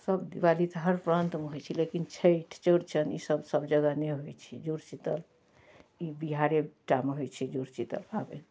सब दीवाली तऽ हर प्रान्तमे होइ छै लेकिन छठि चौड़चन ई सब सब जगह नहि होइ छै जुड़शीतल ई बिहारे टामे होइ छै जुड़शीतल पाबनि